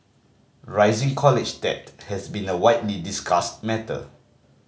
rising college debt has been a widely discussed matter